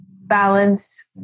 balance